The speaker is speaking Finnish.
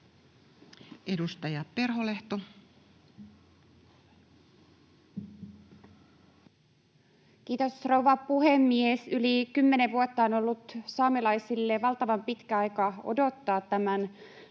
14:16 Content: Kiitos, rouva puhemies! Yli kymmenen vuotta on ollut saamelaisille valtavan pitkä aika odottaa tämän lain